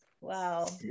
Wow